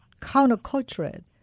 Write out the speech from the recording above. counterculture